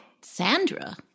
Sandra